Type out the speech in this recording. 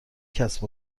کسب